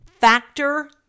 Factor